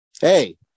hey